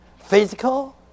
physical